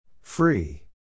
Free